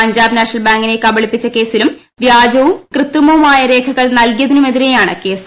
Punjab National ബാങ്കിനെ കബളിപ്പിച്ച കേസിലും വ്യാജവും കൃതൃമവുമായ രേഖകൾ നൽകിയതിനുമെതിരെയാണ് കേസ്